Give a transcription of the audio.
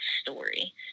story